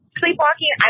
sleepwalking